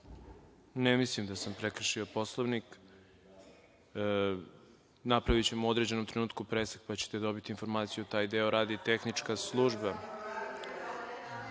Ne mislim da sam prekršio Poslovnik. Napravićemo u određenom trenutku presek, pa ćete dobiti informaciju, taj deo radi tehnička služba. Da